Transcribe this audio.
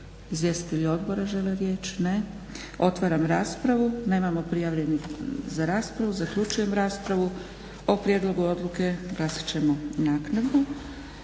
Izvjestitelji odbore žele riječ? Ne. Otvaram raspravu. Nemamo prijavljenih za raspravu. Zaključujem raspravu. O prijedlogu odluke glasat ćemo naknadno.